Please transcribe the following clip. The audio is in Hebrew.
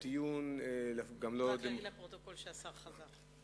נאמר לפרוטוקול שהשר חזר.